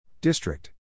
District